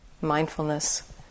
Mindfulness